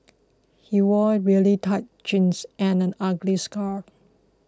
he wore really tight jeans and an ugly scarf